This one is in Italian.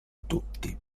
tutti